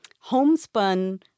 homespun